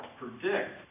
predict